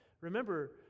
remember